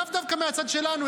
לאו דווקא מהצד שלנו.